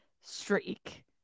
streak